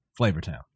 Flavortown